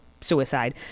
suicide